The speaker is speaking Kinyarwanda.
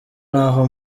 n’aho